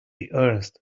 ernst